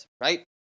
right